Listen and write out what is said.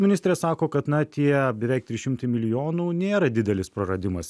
ministrė sako kad na tie beveik trys šimtai milijonų nėra didelis praradimas